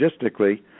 logistically